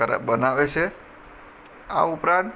બનાવે છે આ ઉપરાંત